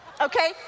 okay